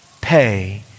pay